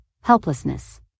helplessness